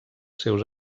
seus